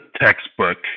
textbook